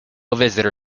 visitor